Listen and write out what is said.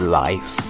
life